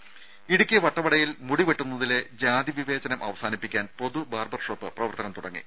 ദേഴ ഇടുക്കി വട്ടവടയിൽ മുടിവെട്ടുന്നതിലെ ജാതി വിവേചനം അവസാനിപ്പിക്കാൻ പൊതു ബാർബർ ഷോപ്പ് പ്രവർത്തനം തുടങ്ങി